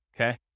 Okay